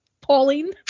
Pauline